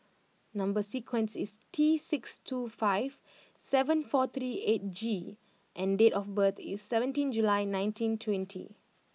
number sequence is T six two five seven four three eight G and date of birth is seventeen July nineteen twenty